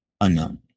unknown